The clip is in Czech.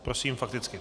Prosím fakticky.